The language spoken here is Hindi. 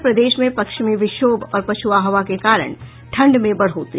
और प्रदेश में पश्चिमी विक्षोभ और पछुआ हवा के कारण ठंड में बढ़ोत्तरी